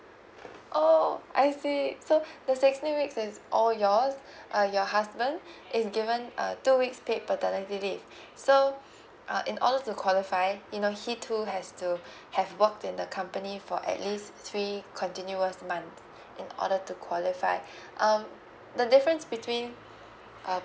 oh I see so the sixteen weeks is all yours uh your husband is given a two weeks paid paternity leave so uh in order to qualify you know he too has to have worked in the company for at least three continuous month in order to qualify um the difference between uh